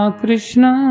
krishna